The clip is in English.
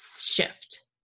shift